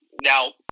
now